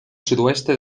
sudoeste